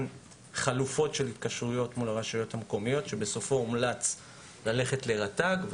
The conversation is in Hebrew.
חלופות של התקשרויות מול הרשויות המקומיות ובסופו הומלץ ללכת לרט"ג.